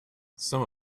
some